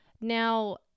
Now